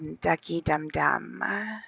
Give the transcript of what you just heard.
ducky-dum-dum